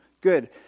Good